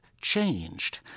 changed